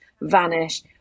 vanish